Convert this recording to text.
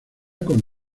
con